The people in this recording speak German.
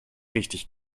richtig